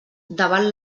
davant